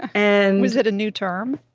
and, was it a new term?